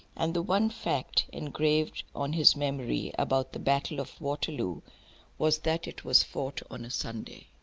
and the one fact engraved on his memory about the battle of waterloo was that it was fought on a sunday.